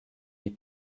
les